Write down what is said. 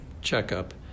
checkup